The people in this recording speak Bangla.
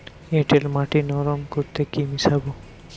এঁটেল মাটি নরম করতে কি মিশাব?